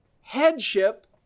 headship